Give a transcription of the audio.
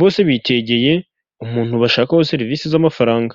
bose bikegeye umuntu bashakaho serivisi z'amafaranga.